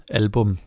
album